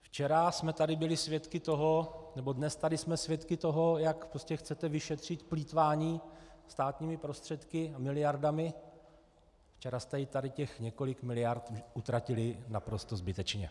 Včera jsme tady byli svědky toho, nebo dnes tady jsme svědky toho, jak chcete vyšetřit plýtvání státními prostředky, miliardami, včera jste tady několik miliard utratili naprosto zbytečně.